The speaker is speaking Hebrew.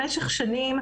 במשך שנים,